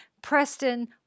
Preston